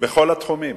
בכל התחומים.